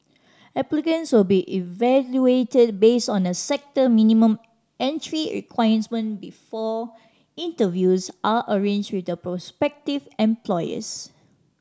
applicants will be evaluated based on a sector minimum entry requirement before interviews are arranged with the prospective employers